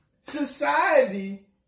society